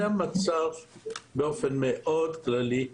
זה המצב המחקרי באופן מאוד כללי.